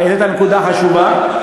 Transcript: העלית נקודה חשובה.